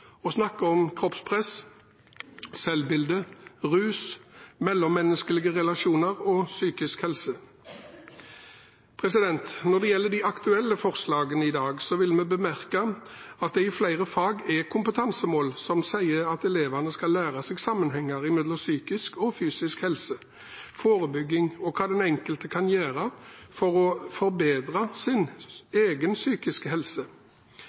snakke om kroppspress, selvbilde, rus, mellommenneskelige relasjoner og psykisk helse. Når det gjelder de aktuelle forslagene i dag, vil vi bemerke at det i flere fag er kompetansemål som sier at elevene skal lære seg sammenhenger mellom psykisk og fysisk helse, forebygging og hva den enkelte kan gjøre for å forbedre sin egen psykiske helse.